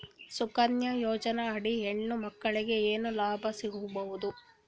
ಸುಕನ್ಯಾ ಯೋಜನೆ ಅಡಿ ಹೆಣ್ಣು ಮಕ್ಕಳಿಗೆ ಏನ ಲಾಭ ಸಿಗಬಹುದು?